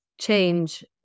change